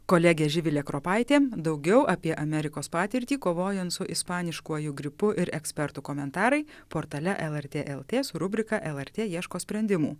kolegė živilė kropaitė daugiau apie amerikos patirtį kovojant su ispaniškuoju gripu ir ekspertų komentarai portale lrt lt su rubrika lrt ieško sprendimų